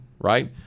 right